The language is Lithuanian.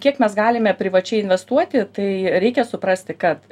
kiek mes galime privačiai investuoti tai reikia suprasti kad